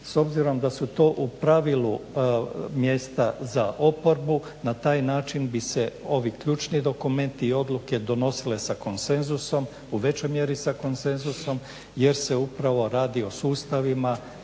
s obzirom da su to u pravilu mjesta za oporbu. Na taj način bi se ovi ključni dokumenti i odluke donosile sa konsenzusom u većoj mjeri sa konsenzusom jer se upravo radi o sustavima